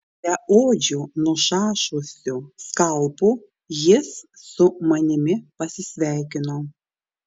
beodžiu nušašusiu skalpu jis su manimi pasisveikino